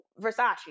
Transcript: Versace